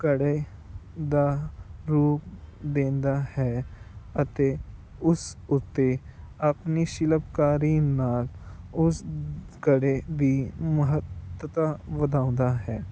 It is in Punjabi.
ਘੜੇ ਦਾ ਰੂਪ ਦਿੰਦਾ ਹੈ ਅਤੇ ਉਸ ਉੱਤੇ ਆਪਣੀ ਸ਼ਿਲਪਕਾਰੀ ਨਾਲ ਉਸ ਘੜੇ ਦੀ ਮਹੱਤਤਾ ਵਧਾਉਂਦਾ ਹੈ